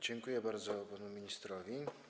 Dziękuję bardzo panu ministrowi.